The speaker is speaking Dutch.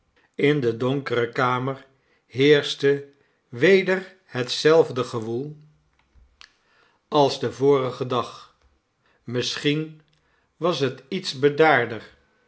in dedonkere kamer heerschte weder hetzelfde gewoel als den vorigen dag misschien was het iets bedaarder